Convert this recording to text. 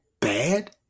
bad